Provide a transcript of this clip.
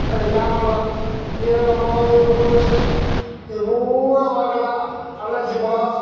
அது ஜாமன்லாம் ஜீரகம் மிளகு பூண்டு இது பூராம் வாங்கலாம் அன்னாசிப்பழம்